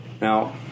Now